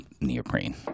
neoprene